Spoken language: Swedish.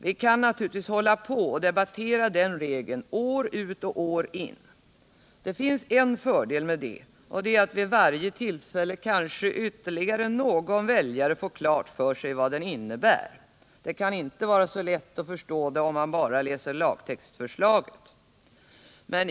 Vi kan naturligtvis hålla på och debattera den regeln år ut och år in, och det finns en fördel med det: vid varje tillfälle kanske ytterligare någon väljare får klart för sig vad den innebär. Den kan inte vara så lätt att förstå om man bara läser lagtextförslaget.